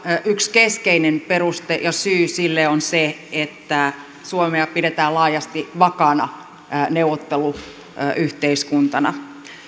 yksi keskeinen peruste ja syy on se että suomea pidetään laajasti vakaana neuvotteluyhteiskuntana